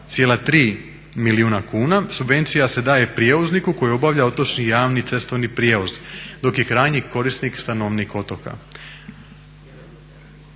28,3 milijuna kuna. Subvencija se daje prijevozniku koji obavlja otočni i javni cestovni prijevoz dok je krajnji korisnik stanovnik otoka.